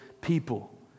people